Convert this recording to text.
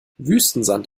wüstensand